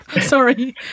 Sorry